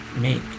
make